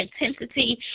intensity